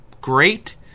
great